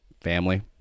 family